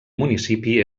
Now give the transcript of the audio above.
municipi